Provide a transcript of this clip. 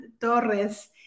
Torres